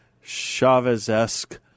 Chavez-esque